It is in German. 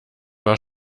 war